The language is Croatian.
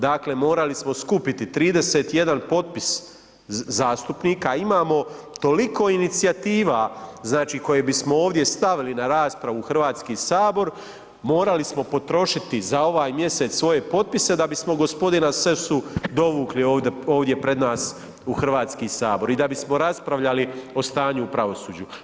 Dakle morali smo skupiti 31 potpis zastupnika a imamo toliko inicijativa znači koje bismo ovdje stavili na raspravu u Hrvatski sabor, morali samo potrošiti za ovaj mjesec svoje potpise da bismo gospodina Sessu dovukli ovdje pred nas u Hrvatski sabor i da bismo raspravljali o stanju u pravosuđu.